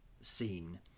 scene